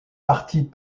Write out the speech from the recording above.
partis